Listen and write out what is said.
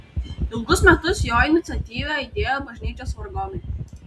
ilgus metus jo iniciatyva aidėjo bažnyčios vargonai